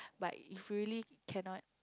but if really cannot